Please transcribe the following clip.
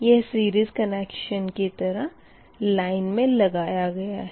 यह series connection की तरह लाइन में लगाया गया है